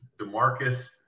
DeMarcus